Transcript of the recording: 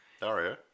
Dario